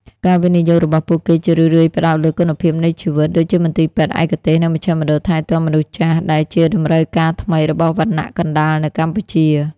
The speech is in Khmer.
ការវិនិយោគរបស់ពួកគេជារឿយៗផ្ដោតលើ "គុណភាពនៃជីវិត" ដូចជាមន្ទីរពេទ្យឯកទេស និងមជ្ឈមណ្ឌលថែទាំមនុស្សចាស់ ដែលជាតម្រូវការថ្មីរបស់វណ្ណៈកណ្ដាលនៅកម្ពុជា។